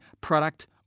product